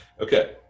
Okay